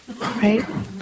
Right